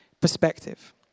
perspective